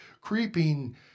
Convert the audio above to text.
creeping